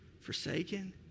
forsaken